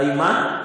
היו מה?